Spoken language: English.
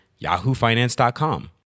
YahooFinance.com